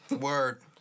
Word